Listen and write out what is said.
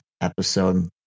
episode